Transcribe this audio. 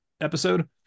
episode